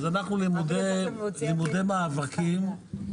אבל אני רוצה לחזק כמה